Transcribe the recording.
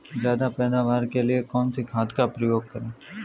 ज्यादा पैदावार के लिए कौन सी खाद का प्रयोग करें?